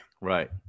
Right